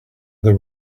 there